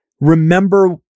remember